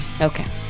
Okay